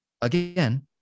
again